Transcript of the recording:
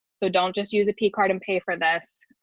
so don't just use a p card and pay for this.